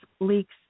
leaks